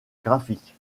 graphique